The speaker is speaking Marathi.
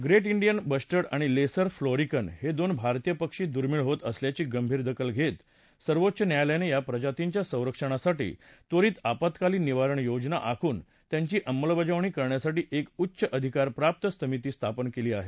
ग्रेट डियन बस्टर्ड आणि लेसर फ्लोरिकन हे दोन भारतीय पक्षी दुर्मिळ होत असल्याची गंभीर दखल घेत सर्वोच्च न्यायालयानं या प्रजातींच्या संरक्षणासाठी त्वरित आपत्कालीन निवारण योजना आखून त्याची अंमलबजावणी करण्यासाठी एक उच्च अधिकारप्राप्त समिती स्थापन केली आहे